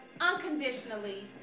unconditionally